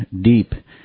deep